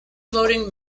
voting